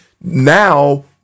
Now